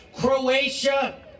Croatia